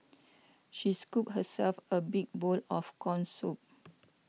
she scooped herself a big bowl of Corn Soup